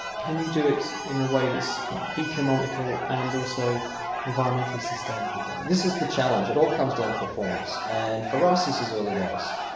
can you do it in a way that's economical and also environmentally sustainable though? this is the challenge. it all comes down to performance, and for us this is early days.